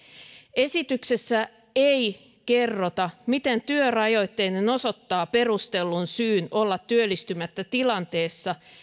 esityksessä ei kerrota miten työrajoitteinen osoittaa perustellun syyn olla työllistymättä tilanteessa